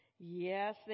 Yes